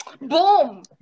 Boom